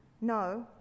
No